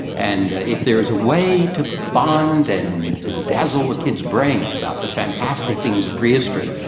and if there is a way to bond and bedazzle the kids' brain about the fantastic things of prehistory,